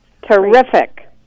terrific